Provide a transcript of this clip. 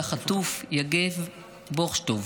על החטוף יגב בוכשטב,